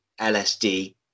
LSD